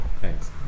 Thanks